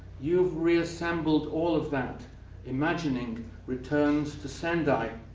you've reassembled all of that imagining returns to sendai,